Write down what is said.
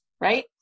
right